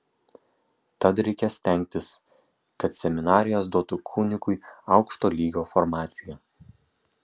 tad reikia stengtis kad seminarijos duotų kunigui aukšto lygio formaciją